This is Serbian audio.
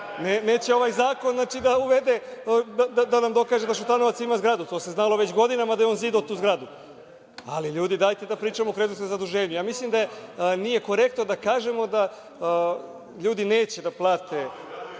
Neće ovaj zakon da nam dokaže da Šutanovac ima zgradu. Znalo se već godinama da je on zidao tu zgradu, ali ljudi dajte da pričamo o kreditnom zaduženju. Ja mislim da nije korektno da kažemo da ljudi neće da plate